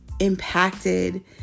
impacted